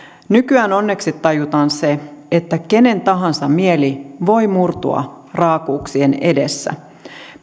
nykyään onneksi tajutaan se että kenen tahansa mieli voi murtua raakuuksien edessä